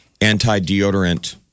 anti-deodorant